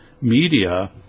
media